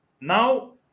Now